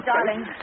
Darling